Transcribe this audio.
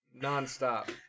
nonstop